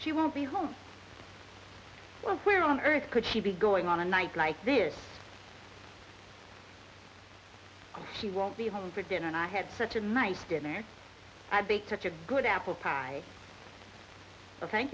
she won't be home well where on earth could she be going on a night like this she won't be home for dinner and i had such a nice dinner i baked a good apple pie a thank